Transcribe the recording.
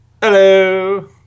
Hello